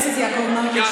חבר הכנסת יעקב מרגי,